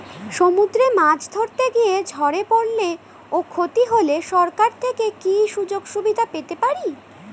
সমুদ্রে মাছ ধরতে গিয়ে ঝড়ে পরলে ও ক্ষতি হলে সরকার থেকে কি সুযোগ সুবিধা পেতে পারি?